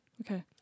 okay